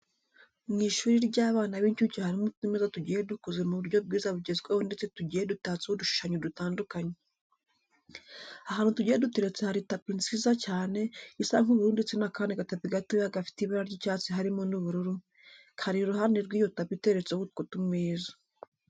Mu ishuri ry'abana b'inshuke harimo utumeza tugiye dukoze mu buryo bwiza bugezweho ndetse tugiye dutatseho udushushanyo dutandukanye. Ahantu tugiye duteretse hari tapi nziza cyane isa nk'ubururu ndetse n'akandi gatapi gatoya gafite ibara ry'icyatsi harimo n'ubururu kari iruhande rw'iyo tapi iteretseho utwo tumeza.